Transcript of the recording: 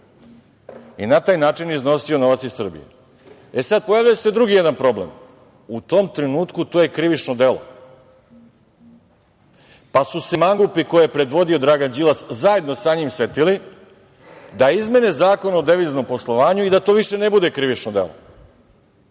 i na taj način iznosio novac iz Srbije. Pojavljuje se sada jedan drugi problem, u tom trenutku to je krivično delo, pa su se mangupi koje je predvodio Dragan Đilas zajedno sa njim setili da izmene Zakon o deviznom poslovanju i da to više ne bude krivično delo.